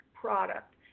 product